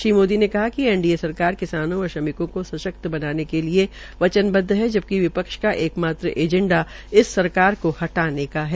श्री मोदी ने कहा कि एनडीए सरकार किसानो व श्रमिकों को सशक्त बनाने के लिये वचनवदव है जबकि विपक्ष का एक मात्र एजेंडा इस सरकार को हटाने का है